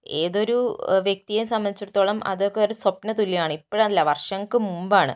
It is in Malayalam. ഏതൊരു വ്യക്തിയെ സംബന്ധിച്ചിടത്തോളം അതൊക്കെ ഒരു സ്വപ്ന തുല്യമാണ് ഇപ്പോഴല്ല വർഷങ്ങൾക്ക് മുമ്പാണ്